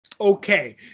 Okay